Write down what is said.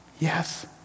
Yes